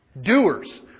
Doers